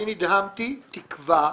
אני נדהמתי תקווה.